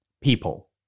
People